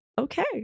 okay